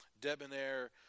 debonair